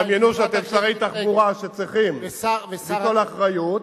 תדמיינו שאתם שרי תחבורה שצריכים ליטול אחריות.